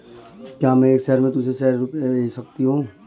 क्या मैं एक शहर से दूसरे शहर रुपये भेज सकती हूँ?